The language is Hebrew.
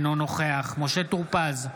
אינו נוכח משה טור פז,